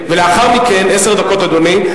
עשר דקות, אדוני.